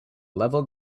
level